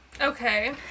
Okay